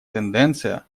тенденция